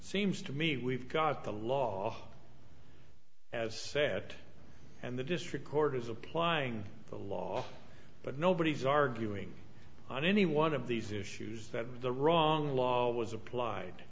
seems to me we've got the law set and the district court is applying the law but nobody's arguing on any one of these issues that the wrong law was applied